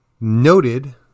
noted